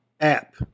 app